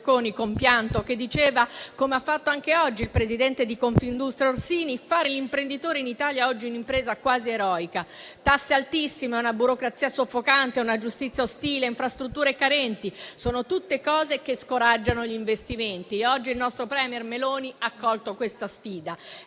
che diceva - come ha fatto anche oggi il presidente di Confindustria Orsini - fare l'imprenditore in Italia è oggi un'impresa quasi eroica. Tasse altissime, una burocrazia soffocante, una giustizia ostile, infrastrutture carenti: sono tutte cose che scoraggiano gli investimenti. Oggi il nostro *premier* Meloni ha accolto questa sfida.